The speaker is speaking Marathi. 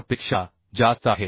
4 पेक्षा जास्त आहे